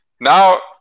Now